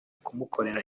kumukorera